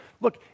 look